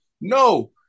No